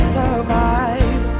survive